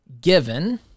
given